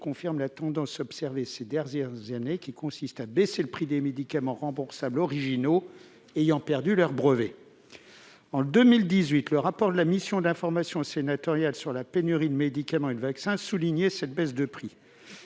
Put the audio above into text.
confirme la tendance observée ces dernières années, qui consiste à baisser le prix des médicaments remboursables originaux ayant perdu leur brevet. En 2018, le rapport de la mission d'information sénatoriale sur la pénurie de médicaments et de vaccins soulignait la baisse du prix